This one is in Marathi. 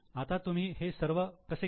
आता तुम्ही हे सर्व कसे कराल